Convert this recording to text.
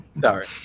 Sorry